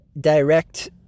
direct